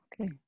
Okay